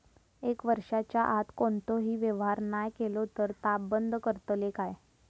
एक वर्षाच्या आत कोणतोही व्यवहार नाय केलो तर ता बंद करतले काय?